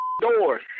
doors